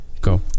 Go